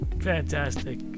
fantastic